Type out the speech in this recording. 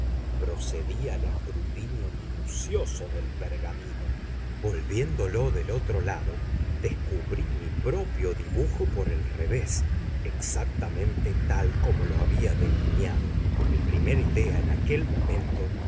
procedí al escrutinio minucioso del pergamino volviéndolo del otro lado descubrí mi propio dibujo por el revés exactamente tal como lo había delineado mi primera idea en aquel momento